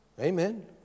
Amen